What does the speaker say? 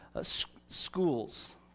schools